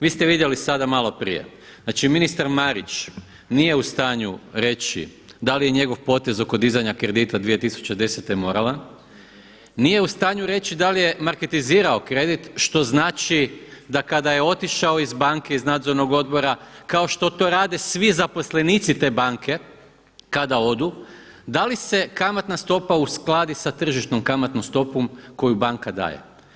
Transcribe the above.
Vi ste vidjeli sada malo prije, znači ministar Marić nije u stanju reći da li je njegov potez oko dizanja kredita 2010. moralan, nije u stanju reći da li je marketizirao kredit što znači da kada je otišao iz banke, iz nadzornog odbora kao što to rade svi zaposlenici te banke kada odu, da li se kamatna stopa uskladi sa tržišnom kamatnom stopom koju banka daje.